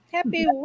Happy